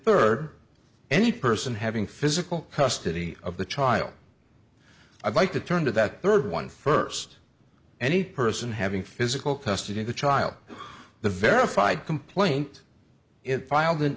third any person having physical custody of the child i'd like to turn to that third one first any person having physical custody of the child the verified complaint is filed in